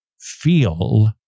feel